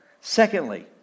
Secondly